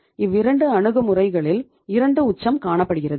இவ்விரண்டு அணுகுமுறைகளில் 2 உச்சம் காணப்படுகிறது